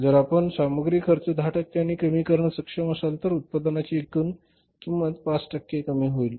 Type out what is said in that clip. जर आपण सामग्री खर्च 10 टक्क्यांनी कमी करण्यास सक्षम असाल तर उत्पादनाची एकूण किंमत 5 टक्के कमी होईल